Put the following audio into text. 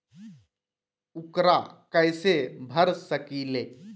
ऊकरा कैसे भर सकीले?